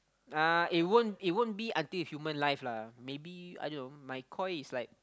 uh it won't it won't be until human life lah maybe I don't know my koi is like